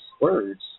words